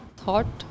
thought